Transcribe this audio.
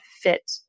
fit